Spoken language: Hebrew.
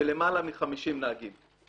של למעלה מ-50 נהגים.